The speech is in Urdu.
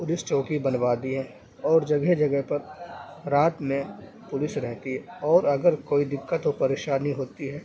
پولیس چوکی بنوا دی ہیں اور جگہ جگہ پر رات میں پولیس رہتی ہے اور اگر کوئی دقت و پریشانی ہوتی ہے